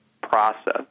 process